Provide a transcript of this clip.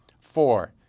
Four